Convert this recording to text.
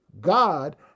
God